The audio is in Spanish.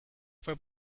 fue